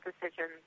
decisions